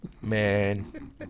Man